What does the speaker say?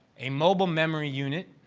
a mobile memory unit,